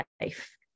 life